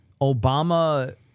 Obama